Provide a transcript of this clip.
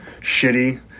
shitty